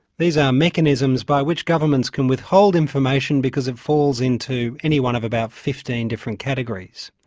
these are mechanisms by which governments can withhold information because it falls into any one of about fifteen different categories.